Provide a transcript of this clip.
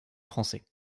français